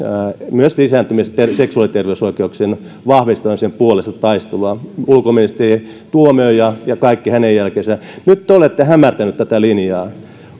myös lisääntymis ja seksuaaliterveysoikeuksien vahvistamisen puolesta taistelua ulkoministeri tuomioja ja kaikki hänen jälkeensä nyt te te olette hämärtänyt tätä linjaa